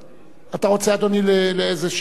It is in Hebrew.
אתה רוצה, אדוני, איזו הערה?